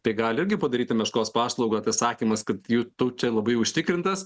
tai gali irgi padaryti meškos paslaugą tas sakymas kad jau tu čia labai užtikrintas